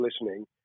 listening